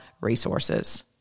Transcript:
resources